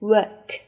Work